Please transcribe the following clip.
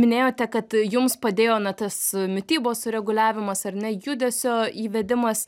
minėjote kad jums padėjo na tas mitybos sureguliavimas ar ne judesio įvedimas